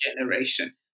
generation